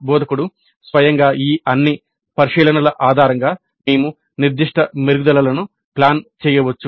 బోధకుడు స్వయంగా ఈ అన్ని పరిశీలనల ఆధారంగా మేము నిర్దిష్ట మెరుగుదలలను ప్లాన్ చేయవచ్చు